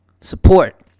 support